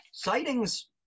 Sightings